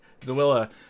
Zawilla